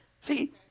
See